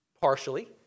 Partially